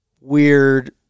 weird